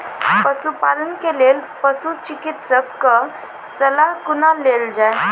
पशुपालन के लेल पशुचिकित्शक कऽ सलाह कुना लेल जाय?